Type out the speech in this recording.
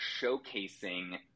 showcasing